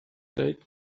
dweud